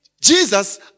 Jesus